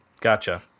gotcha